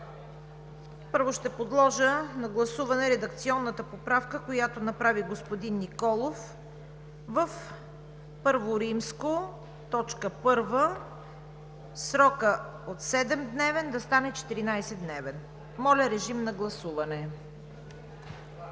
Първо, ще подложа на гласуване редакционната поправка, която направи господин Николов в І.1. срокът от 7-дневен да стане 14-дневен. Моля, гласувайте.